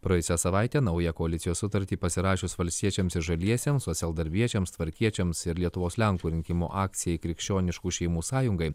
praėjusią savaitę naują koalicijos sutartį pasirašius valstiečiams ir žaliesiems socialdarbiečiams tvarkiečiams ir lietuvos lenkų rinkimų akcijai krikščioniškų šeimų sąjungai